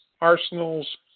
arsenals